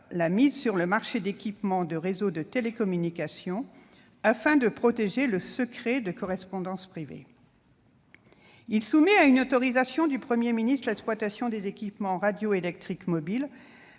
la mise sur le marché d'équipements de réseaux de télécommunications, afin de protéger le secret de la correspondance privée. Il soumet à une autorisation du Premier ministre l'exploitation des équipements radioélectriques mobiles